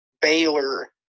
Baylor